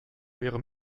ihrem